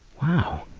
wow!